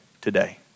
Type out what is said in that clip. today